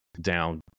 down